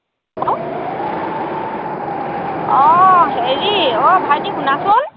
hello অ হেৰি অ ভাইটি শুনাচোন